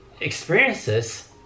experiences